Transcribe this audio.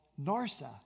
Narsa